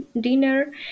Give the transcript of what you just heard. dinner